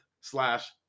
slash